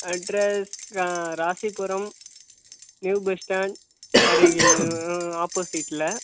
address கா Rasipuram new bus stand அருகில் ஆப்போசிட்டில்